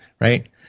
right